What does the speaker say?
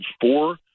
four